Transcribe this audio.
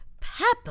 Peppa